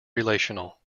relational